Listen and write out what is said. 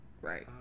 Right